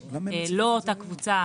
הם לא אותה קבוצה,